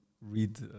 read